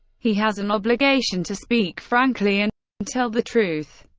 he has an obligation to speak frankly and tell the truth.